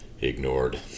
Ignored